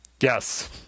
Yes